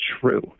true